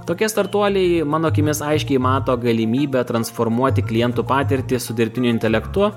tokie startuoliai mano akimis aiškiai mato galimybę transformuoti klientų patirtį su dirbtiniu intelektu